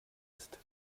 ist